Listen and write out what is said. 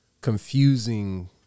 confusing